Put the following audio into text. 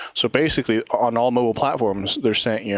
so basically, on all mobile platforms, they're saying, yeah